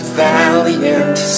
valiant